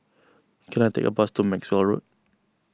can I take a bus to Maxwell Road